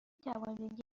توانید